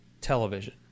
television